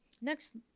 Next